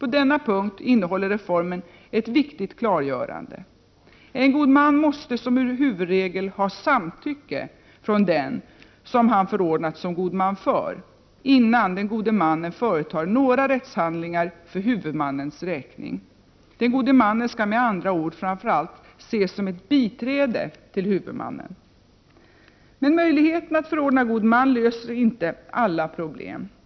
På denna punkt innehåller reformen ett viktigt klargörande: en god man måste som en huvudregel ha samtycke från den som han förordnats som god man för, innan den gode mannen företar några rättshandlingar för huvudmannens räkning. Den gode mannen skall med andra ord framför allt ses som ett biträde till huvudmannen. Men möjligheterna att förordna god man löser inte alla problem.